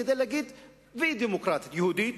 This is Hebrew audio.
כדי להגיד ו"דמוקרטית"; "יהודית"